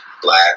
black